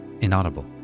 Inaudible